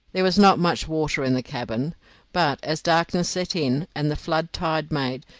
there was not much water in the cabin but, as darkness set in, and the flood tide made,